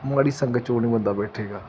ਮਾੜੀ ਸੰਗਤ 'ਚ ਉਹ ਨਹੀਂ ਬੰਦਾ ਬੈਠੇਗਾ